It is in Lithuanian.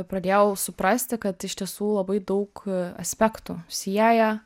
pradėjau suprasti kad iš tiesų labai daug aspektų sieja